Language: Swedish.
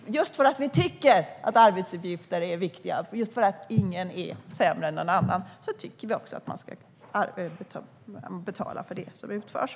Det är just för att vi tycker att arbetsuppgifter är viktiga och att ingen är sämre än någon annan som vi också tycker att man ska betala för det som utförs.